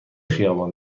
خیابان